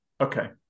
Okay